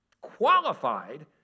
qualified